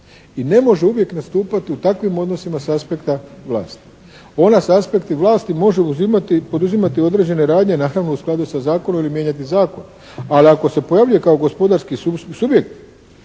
i ne može uvijek nastupati u takvim odnosima sa aspekta vlasti. Ona sa aspekta vlasti može uzimati, poduzimati određene radnje naravno u skladu sa zakonom ili mijenjati zakon. Ali ako se pojavljuje kao gospodarski subjekt